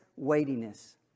Weightiness